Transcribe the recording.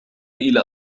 إلى